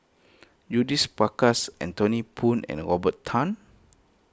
Judith Prakash Anthony Poon and Robert Tan